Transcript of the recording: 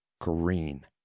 Green